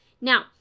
Now